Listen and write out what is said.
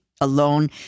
alone